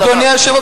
אדוני היושב-ראש,